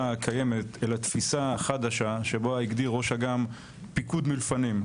קיימת אל התפיסה החדשה שבה הגדיר ראש אג"מ פיקוד מלפנים,